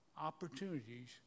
opportunities